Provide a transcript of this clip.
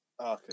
Okay